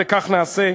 וכך נעשה.